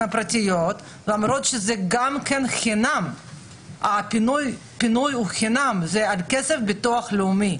הפרטיות למרות שגם הפינוי הוא חינם והוא מכספי הביטוח הלאומי.